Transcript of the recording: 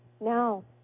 No